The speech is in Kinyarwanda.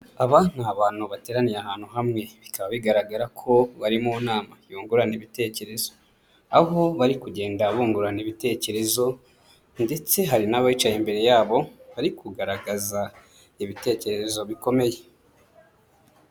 Aba ni abantu bateraniye ahantu hamwe bikaba bigaragara ko bari mu nama yungurana ibitekerezo, aho bari kugenda bungurana ibitekerezo ndetse hari n'abacaye imbere yabo bari kugaragaza ibitekerezo bikomeye.